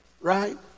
Right